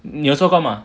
你有做工 mah